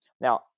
Now